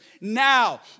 now